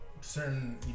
certain